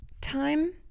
time